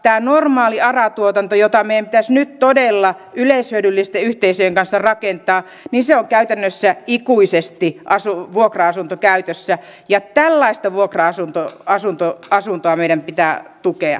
tämä normaali ara tuotanto jota meidän pitäisi nyt todella yleishyödyllisten yhteisöjen kanssa rakentaa on käytännössä ikuisesti vuokra asuntokäytössä ja tällaista vuokra asuntoasumista meidän pitää tukea